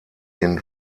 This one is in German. den